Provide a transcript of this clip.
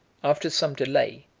after some delay,